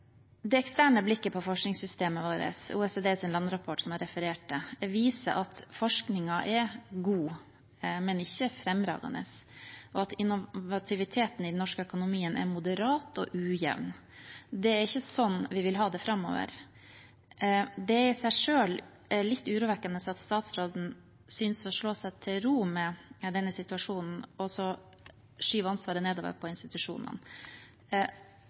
Det eksterne blikket på forskningssystemet vårt, OECDs landrapport, som jeg refererte til, viser at forskningen er god, men ikke fremragende, og at innovasjonen i den norske økonomien er moderat og ujevn. Det er ikke sånn vi vil ha det framover. Det er i seg selv litt urovekkende at statsråden synes å slå seg til ro med denne situasjonen og så skyver ansvaret nedover på institusjonene.